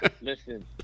Listen